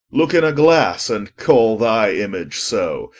looke in a glasse, and call thy image so.